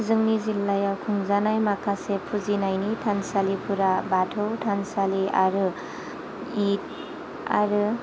जोंनि जिल्लायाव खुंजानाय माखासे फुजिनायनि थानसालिफ्रा बाथौ थानसालि आरो ईद आरो